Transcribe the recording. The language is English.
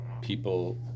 people